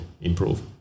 improve